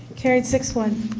carried six one.